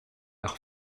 air